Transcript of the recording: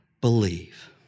believe